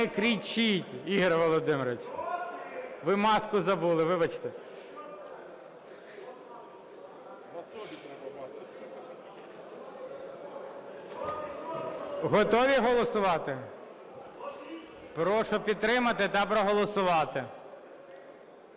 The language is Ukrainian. Не кричіть, Ігор Володимирович. Ви маску забули, вибачте. Готові голосувати? Прошу підтримати та проголосувати.